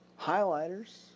highlighters